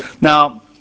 Now